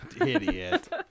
Idiot